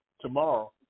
tomorrow